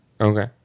okay